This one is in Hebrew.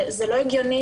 לא הגיוני,